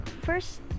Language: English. first